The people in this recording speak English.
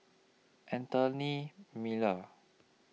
Anthony Miller